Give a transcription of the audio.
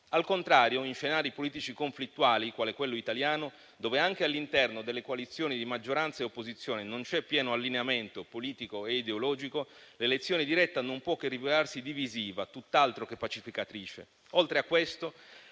Al contrario, in scenari politici conflittuali qual è quello italiano, dove anche all'interno delle coalizioni di maggioranza e opposizione non c'è pieno allineamento politico e ideologico, l'elezione diretta non può che rivelarsi divisiva, tutt'altro che pacificatrice.